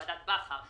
את ועדת בכר,